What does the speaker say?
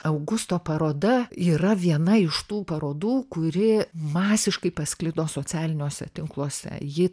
augusto paroda yra viena iš tų parodų kuri masiškai pasklido socialiniuose tinkluose ji